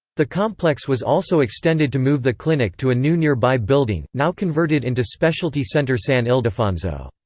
the complex was also extended to move the clinic to a new nearby building, now converted into specialty centre san ildefonso.